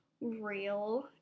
real